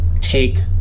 take